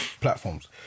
platforms